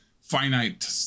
finite